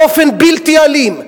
באופן בלתי אלים,